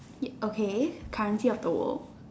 ya okay currency of the world